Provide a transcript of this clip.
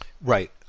Right